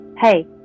hey